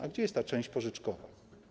A gdzie jest ta część pożyczkowa?